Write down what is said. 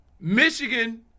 Michigan